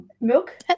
Milk